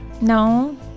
No